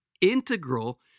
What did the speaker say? integral